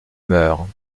meurs